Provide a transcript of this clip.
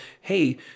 hey